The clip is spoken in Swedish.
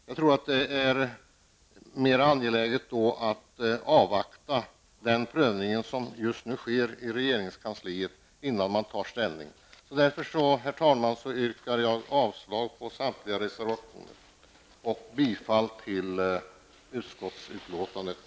Jag tror att det då är angeläget att avvakta den prövning som just nu sker i regeringskansliet innan man tar ställning. Därför, herr talman, yrkar jag avslag på samtliga reservationer och bifall till utskottets hemställan.